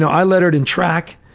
i lettered in track,